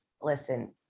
listen